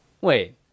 Wait